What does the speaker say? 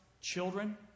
children